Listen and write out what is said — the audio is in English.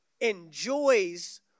enjoys